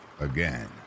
again